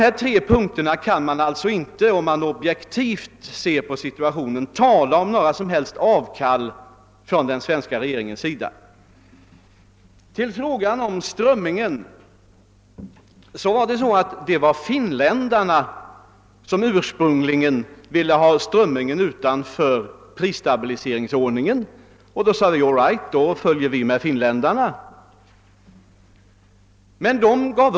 Är man objektiv kan man alltså inte beträffande dessa punkter tala om något som helst avkall från den svenska regeringens sida. I fråga om strömmingen var det finländarna som ursprungligen ville att strömmingen skulle stå utanför prisstabiliseringsordningen. Då sade vi all right och anslöt oss till finländarnas ståndpunkt.